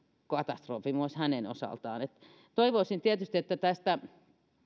katastrofi myös hänen osaltaan toivoisin tietysti että tästä